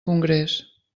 congrés